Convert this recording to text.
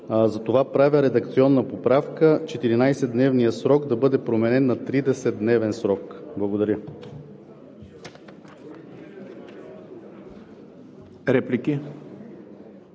Затова правя редакционна поправка – 14-дневният срок да бъде променен на 30-дневен срок. Благодаря.